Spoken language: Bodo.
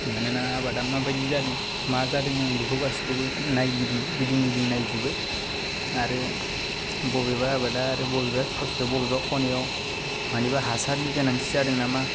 मानोना आबादा माबायदि जादों मा जादों आं बेखौ गासिखौबो नायगिदिङो गिदिं गिदिं नायजोबो आरो बबेबा आबादा आरो बबेबा ससेयाव बबेबा खानायाव मानिबा हासारनि गोनांथि जादों नामा